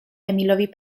emilowi